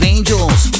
Angels